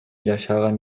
жашаган